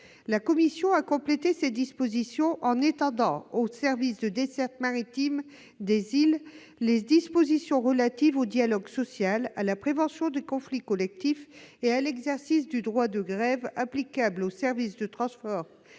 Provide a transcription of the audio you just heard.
La commission a complété ces dispositions en étendant aux services de desserte maritime des îles les dispositions relatives au dialogue social, à la prévention des conflits collectifs et à l'exercice du droit de grève qui sont applicables aux services de transport